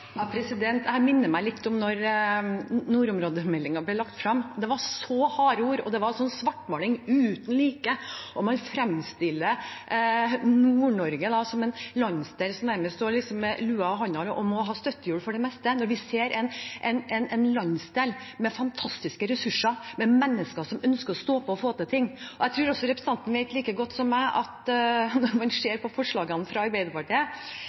minner meg litt om da nordområdemeldingen ble lagt fram. Det var så harde ord, og det var en svartmaling uten like. Man framstiller Nord-Norge som en landsdel som nærmest står med lua i hånda og må ha støttehjul for det meste. Vi ser en landsdel med fantastiske ressurser, med mennesker som ønsker å stå på og få til ting. Jeg tror også representanten vet like godt som meg at når man ser på forslagene fra Arbeiderpartiet,